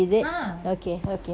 ah